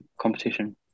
competition